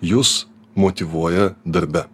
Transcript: jus motyvuoja darbe